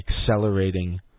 accelerating